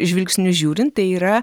žvilgsniu žiūrint tai yra